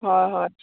হয় হয়